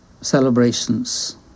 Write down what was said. celebrations